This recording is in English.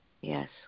Yes